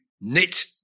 knit